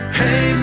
hey